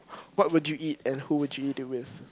what would you eat and who would you eat with